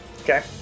Okay